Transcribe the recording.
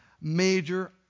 major